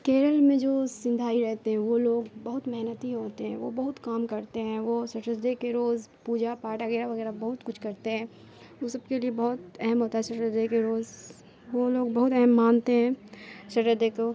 کیرل میں جو سندھی رہتے ہیں وہ لوگ بہت محنتی ہوتے ہیں وہ بہت کام کرتے ہیں وہ سٹزدے کے روز پوجا پاٹھ وغیرہ وغیرہ بہت کچھ کرتے ہیں وہ سب کے لیے بہت اہم ہوتا ہے سٹجدے کے روز وہ لوگ بہت اہم مانتے ہیں سٹزدے کو